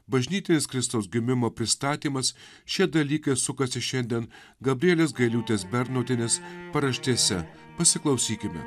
bažnytinis kristaus gimimo pristatymas šie dalykai sukasi šiandien gabrielės gailiūtės bernotienės paraštėse pasiklausykime